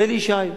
זה אלי ישי,